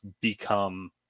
become